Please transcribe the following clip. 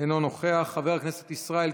אינו נוכח, חבר הכנסת ישראל כץ,